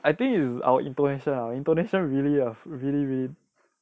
I think it's our intonation lah our intonation really ah really really